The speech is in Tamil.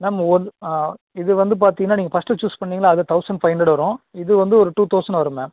மேம் ஒரு இது வந்து பார்த்தீங்கன்னா நீங்கள் ஃபர்ஸ்ட்டு சூஸ் பண்ணீங்கள்லே அது வந்து தௌசண்ட் ஃபைவ் ஹண்ட்ரட் வரும் இது வந்து ஒரு டூ தௌசண்ட் வரும் மேம்